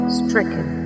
stricken